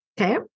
Okay